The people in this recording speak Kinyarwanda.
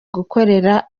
gukorera